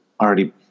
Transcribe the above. already